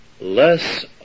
less